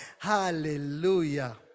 hallelujah